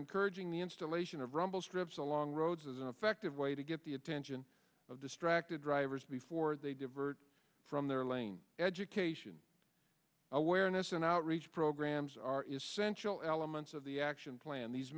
encouraging the installation of rumble strips along roads as an effective way to get the attention of distracted drivers before they divert from their lane education awareness and outreach programs are essential elements of the action plan these